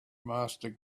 master